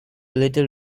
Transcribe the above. little